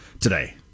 today